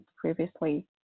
previously